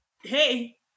hey